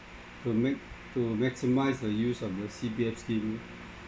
to make to maximise the use of your C_P_F scheme